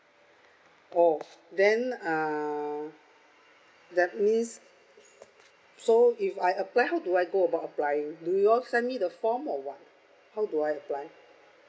oh then um that means so if I apply how do I go about applying do you all send me the form or what how do I apply